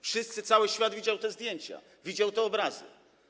Wszyscy, cały świat widział te zdjęcia, widział te obrazy.